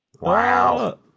Wow